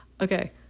Okay